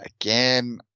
Again